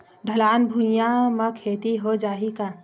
ढलान भुइयां म खेती हो जाही का?